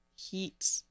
heat